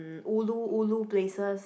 ulu ulu places